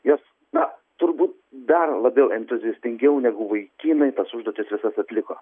jos na turbūt dar labiau entuziastingiau negu vaikinai tas užduotis visas atliko